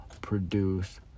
produce